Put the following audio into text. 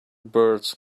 birds